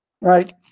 Right